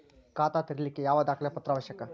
ಖಾತಾ ತೆರಿಲಿಕ್ಕೆ ಯಾವ ದಾಖಲೆ ಪತ್ರ ಅವಶ್ಯಕ?